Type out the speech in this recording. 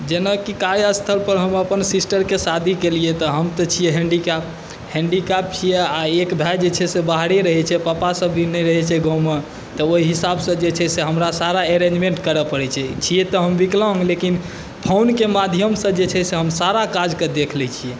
जेनाकि कार्यस्थलपर हम अपन सिस्टरके शादी केलिए तऽ हम तऽ छिए हैन्डिकैप हैन्डिकैप छिए आओर एक भाइ जे छै से बाहरे रहै छै पप्पासब भी नहि रहै छै गाममे तऽ ओहि हिसाबसँ जे छै से हमरा सारा अरेन्जमेन्ट करऽ पड़ै छै छिए तऽ हम विकलाङ्ग लेकिन फोनके माध्यमसँ जे छै से हम सारा कामके देख लै छिए